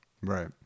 Right